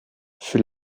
fut